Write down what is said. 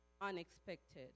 unexpected